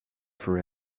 for